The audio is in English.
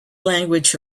language